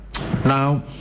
Now